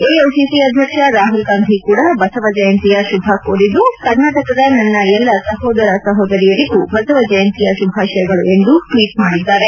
AICC ಅಧ್ಯಕ್ಷ ರಾಹುಲ್ ಗಾಂಧಿ ಕೂಡ ಬಸವ ಜಯಂತಿಯ ಶುಭ ಕೋರಿದ್ದು ಕರ್ನಾಟಕದ ನನ್ನ ಎಲ್ಲಾ ಸಹೋದರ ಸಹೋದರಿಯರಿಗೂ ಬಸವ ಜಯಂತಿಯ ಶುಭಾಷಯಗಳು ಎಂದು ಟ್ವೀಟ್ ಮಾಡಿದ್ದಾರೆ